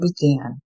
began